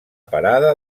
parada